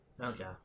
Okay